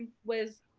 was,